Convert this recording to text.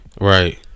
Right